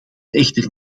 echter